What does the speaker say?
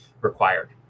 required